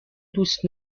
دوست